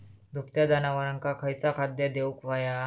दुभत्या जनावरांका खयचा खाद्य देऊक व्हया?